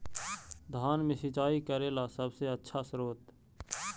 धान मे सिंचाई करे ला सबसे आछा स्त्रोत्र?